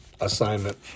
assignment